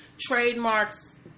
trademarks